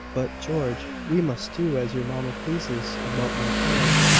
but, george, we must do as your mamma pleases about my plan,